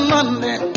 Monday